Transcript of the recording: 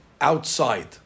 outside